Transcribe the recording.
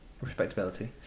respectability